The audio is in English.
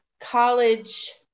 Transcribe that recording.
college